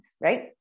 Right